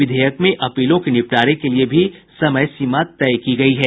विधेयक में अपीलों के निपटारे के लिए भी समय सीमा तय कर दी गई है